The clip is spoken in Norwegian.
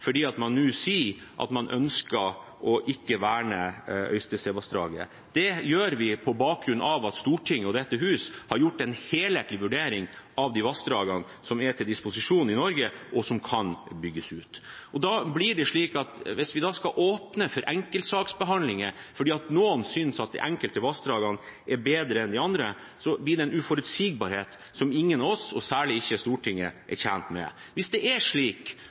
man nå sier at man ikke ønsker å verne Øystesevassdraget. Dette gjør vi på bakgrunn av at Stortinget, dette hus, har gjort en helhetlig vurdering av vassdragene som er til disposisjon i Norge, og som kan bygges ut. Hvis man da skal åpne for enkeltsaksbehandlinger fordi noen synes at enkelte vassdrag er bedre enn andre, blir det en uforutsigbarhet som ingen, særlig ikke Stortinget, er tjent med. Hvis det er slik